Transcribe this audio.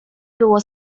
było